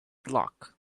block